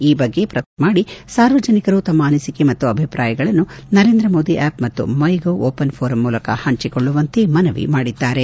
ಈ ಬಗ್ಗೆ ಪ್ರಧಾನಿ ಅವರು ಟ್ವೀಟ್ ಮಾಡಿ ಸಾರ್ವಜನಿಕರು ತಮ್ಮ ಅನಿಸಿಕೆ ಮತ್ತು ಅಭಿಪ್ರಾಯಗಳನ್ನು ನರೇಂದ್ರ ಮೋದಿ ಆ್ವಪ್ ಮತ್ತು ಮೈ ಗೌ ಓಪನ್ ಫೋರಂ ಮೂಲಕ ಹಂಚಿಕೊಳ್ಳುವಂತೆ ಮನವಿ ಮಾಡಿದ್ದಾರೆ